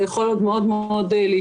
זה יכול מאוד להשתנות.